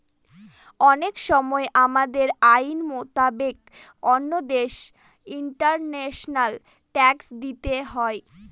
অনেক সময় আমাদের আইন মোতাবেক অন্য দেশে ইন্টারন্যাশনাল ট্যাক্স দিতে হয়